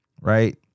right